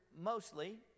mostly